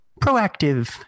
proactive